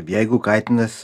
jeigu katinas